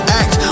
act